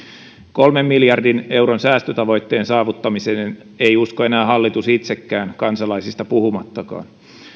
kolmen miljardin euron säästötavoitteen saavuttamiseen ei usko enää hallitus itsekään kansalaisista puhumattakaan